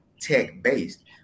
tech-based